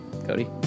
Cody